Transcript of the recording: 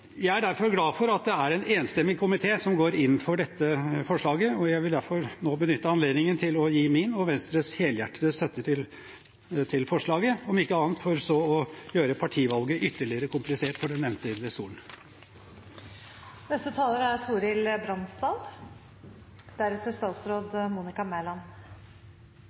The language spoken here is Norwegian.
Jeg er derfor glad for at det er en enstemmig komité som går inn for dette forslaget. Jeg vil derfor benytte anledningen nå til å gi min og Venstres helhjertede støtte til forslaget, om ikke annet for å gjøre partivalget ytterligere komplisert for den nevnte investoren. I likhet med alle de andre talerne i dag er